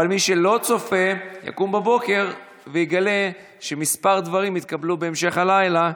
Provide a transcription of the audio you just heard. מי שלא צופה יקום בבוקר ויגלה שכמה דברים התקבלו בהמשך הלילה,